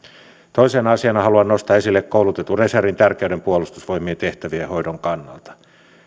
toisena asiana haluan nostaa esille koulutetun reservin tärkeyden puolustusvoimien tehtävien hoidon kannalta